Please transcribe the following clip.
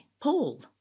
Paul